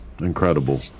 incredible